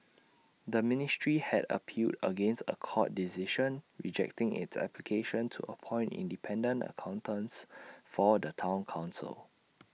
the ministry had appealed against A court decision rejecting its application to appoint independent accountants for the Town Council